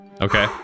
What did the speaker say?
Okay